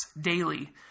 daily